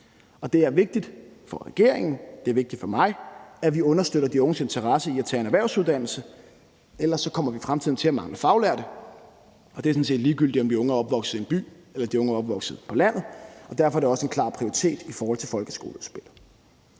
det er vigtigt for mig, at vi understøtter de unges interesse i at tage en erhvervsuddannelse. Ellers kommer vi i fremtiden til at mangle faglærte, og det er sådan set ligegyldigt, om de unge er opvokset i en by eller de unge er opvokset på landet, og derfor er det også en klar prioritering i folkeskoleudspillet.